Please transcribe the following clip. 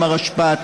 עם הרשפ"ת,